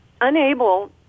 unable